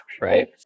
right